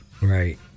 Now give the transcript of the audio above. Right